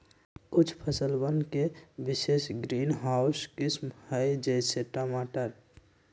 कुछ फसलवन के विशेष ग्रीनहाउस किस्म हई, जैसे टमाटर